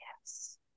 Yes